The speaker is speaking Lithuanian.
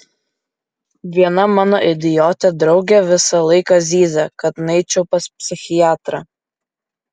viena mano idiotė draugė visą laiką zyzia kad nueičiau pas psichiatrą